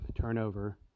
turnover